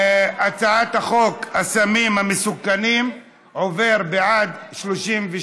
ההצעה להעביר את הצעת חוק הסמים המסוכנים (עבירת קנס מיוחדת,